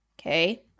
okay